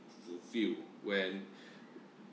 fulfill when